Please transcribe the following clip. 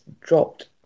dropped